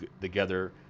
together